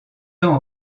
temps